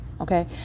okay